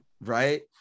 right